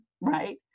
Right